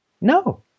No